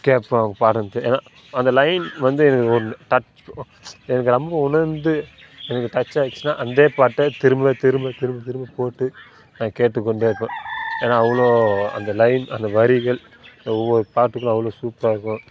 கேட்பேன் அவங்க பாடினது ஏன்னால் அந்த லைன் வந்து எனக்கு ஒன்று டச் எனக்கு ரொம்ப உணர்ந்து எனக்கு டச் ஆகிச்சினா அந்த பாட்டை திரும்ப திரும்ப திரும்ப திரும்ப போட்டு நான் கேட்டுக் கொண்டே இருப்பேன் ஏன்னால் அவ்வளோ அந்த லைன் அந்த வரிகள் இந்த ஒவ்வொரு பாட்டுக்கும் அவ்வளோ சூப்பராக இருக்கும்